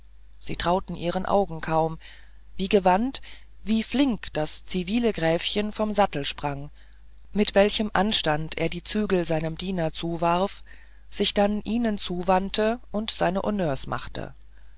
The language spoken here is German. sie trauten ihren augen kaum wie gewandt wie flink das zivile gräfchen vom sattel sprang mit welchem anstand er die zügel seinem diener zuwarf sich dann zu ihnen wandte und seine honneurs machte